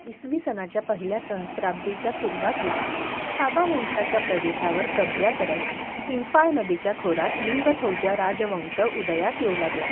इसवी सनाच्या पहिल्या सहस्राब्दीच्या सुरुवातीस खाबा वंशाच्या प्रदेशावर कब्जा करत इम्फाळ नदीच्या खोरात निंगथौजा राजवंश उदयास येऊ लागला